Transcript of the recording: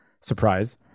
Surprise